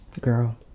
Girl